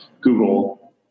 google